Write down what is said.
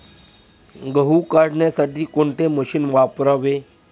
गहू काढण्यासाठी कोणते मशीन वापरावे?